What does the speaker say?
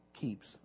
keeps